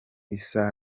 issa